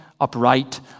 upright